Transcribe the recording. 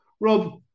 Rob